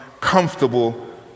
comfortable